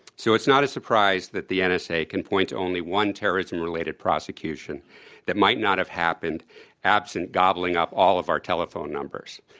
so it's not a surprise that the and nsa can point to only one terrorism-related prosecution that might not have happened absent gobbling up all of our telephone numbers,